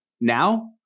now